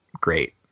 great